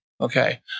okay